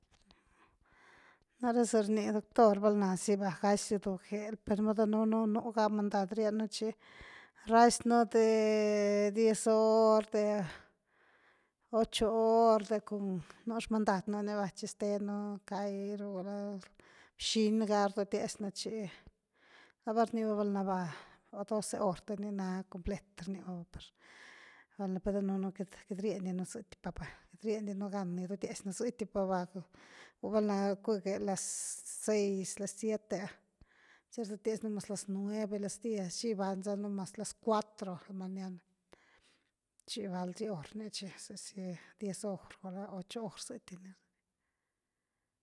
Nare’e z-rny doctor val naazi va gacidu geel, per nudunun’u nu’u ga mandad rienu’u chi raazinu dee diez hor, de ocho hor de com nu’u shmand nu niva chis tenu cairu guula bshinga’a rdutiasnu’ chi, laava’ rniva valna va’ doce hor te’ ni na complet rniva per danunu kat riendinu’ z>ty pava kat riendinu’ gan rdutiasnu’ z-ty pava gu’u val na kú geel las seis, las siete ah chi rdutiasnu mes las nueve, las diez chi gybazanu maas las cuatro de la mañana chi valsy horny chi z-zy diez hor guula 8 hor z-ztyni.